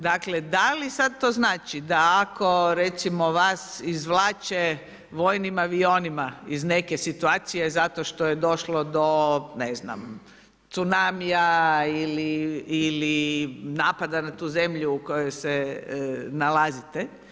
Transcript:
Dakle, da li sada to znači da ako recimo vas izvlače vojnim avionima iz neke situacije zato što je došlo do ne znam tsunamija ili napada na tu zemlju u kojoj se nalazite.